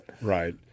Right